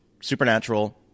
supernatural